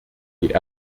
die